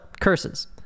curses